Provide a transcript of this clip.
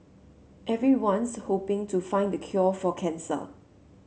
everyone's hoping to find the cure for cancer